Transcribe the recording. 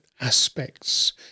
aspects